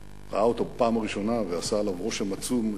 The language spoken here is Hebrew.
הוא ראה אותו בפעם הראשונה והוא עשה עליו רושם עצום,